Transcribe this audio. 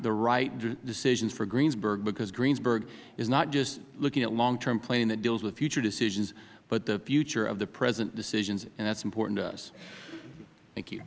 the right decisions for greensburg because greensburg is not just looking at long term planning that deals with future decisions but the future of the present decisions and that is important to us thank you